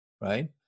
right